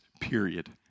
Period